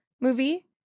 movie